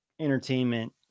entertainment